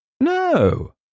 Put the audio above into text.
No